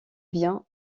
biens